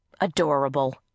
Adorable